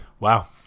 Wow